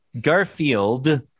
Garfield